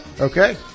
Okay